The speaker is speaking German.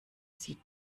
sieht